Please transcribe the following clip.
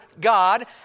God